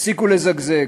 תפסיקו לזגזג.